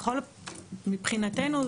מבחינתנו,